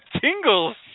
tingles